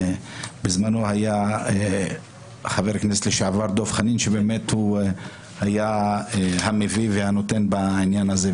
בזמנו היה חבר הכנסת לשעבר דב חנין שהוא היה המביא והנותן בעניין הזה,